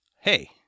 Hey